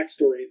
backstories